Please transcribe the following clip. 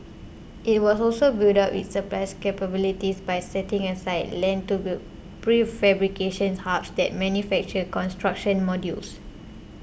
it will all also build up its supplies capabilities by setting aside land to build prefabrication's hubs that manufacture construction modules